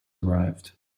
arrived